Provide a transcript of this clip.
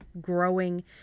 growing